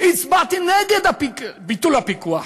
הצבעתי נגד ביטול הפיקוח.